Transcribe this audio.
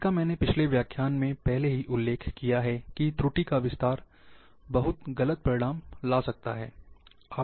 इसका मैंने पिछले व्याख्यान में पहले ही उल्लेख किया है कि त्रुटि का विस्तार बहुत गलत परिणाम ला सकता है